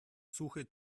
suche